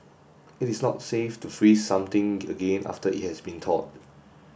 it is not safe to freeze something again after it has been thawed